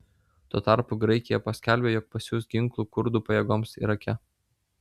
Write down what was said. tuo tarpu graikija paskelbė jog pasiųs ginklų kurdų pajėgoms irake